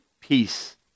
peace